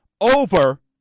over